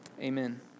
Amen